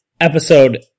episode